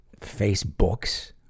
facebooks